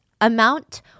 amount